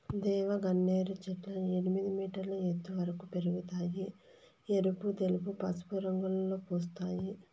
దేవగన్నేరు చెట్లు ఎనిమిది మీటర్ల ఎత్తు వరకు పెరగుతాయి, ఎరుపు, తెలుపు, పసుపు రంగులలో పూస్తాయి